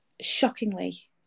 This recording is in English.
shockingly